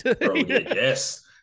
Yes